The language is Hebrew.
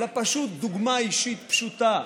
אלא פשוט דוגמה אישית פשוטה.